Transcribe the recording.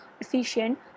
efficient